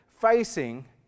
facing